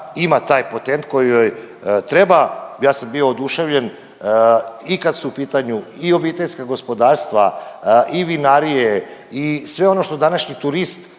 ima potent koji joj treba. Ja sam bio oduševljen i kada su u pitanju i obiteljska gospodarstva i vinarije i sve ono što današnji turist